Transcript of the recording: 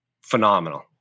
phenomenal